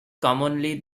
commonly